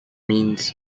means